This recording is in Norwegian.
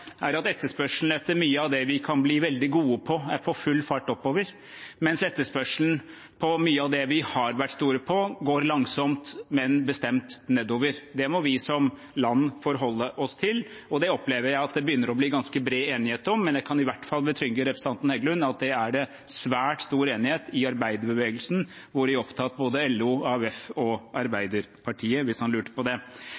er at etterspørselen etter mye av det vi kan bli veldig gode på, er på full fart oppover, mens etterspørselen etter mye av det vi har vært store på, går langsomt, men bestemt nedover. Det må vi som land forholde oss til, og det opplever jeg at det begynner å bli ganske bred enighet om. Jeg kan i hvert fall betrygge representanten Heggelund om at det er det svært stor enighet om i arbeiderbevegelsen – hvori opptatt både LO, AUF og